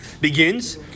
begins